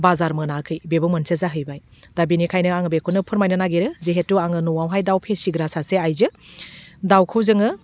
बाजार मोनाखै बेबो मोनसे जाहैबाय दा बेनिखायनो आङो बेखौनो फोरमायनो नागिरो जिहेथु आङो न'आवहाय दाउ फिसिग्रा सासे आइजो दाउखौ जोङो